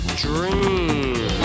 dream